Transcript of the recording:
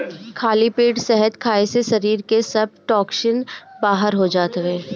खाली पेट शहद खाए से शरीर के सब टोक्सिन बाहर हो जात हवे